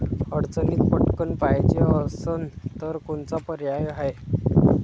अडचणीत पटकण पायजे असन तर कोनचा पर्याय हाय?